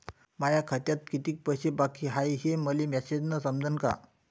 माया खात्यात कितीक पैसे बाकी हाय हे मले मॅसेजन समजनं का?